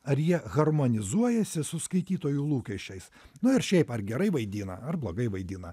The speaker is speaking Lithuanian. ar jie harmonizuojasi su skaitytojų lūkesčiais na ar šiaip ar gerai vaidina ar blogai vaidina